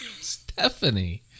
Stephanie